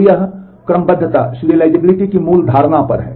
तो यह क्रमबद्धता की मूल धारणा पर है